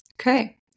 Okay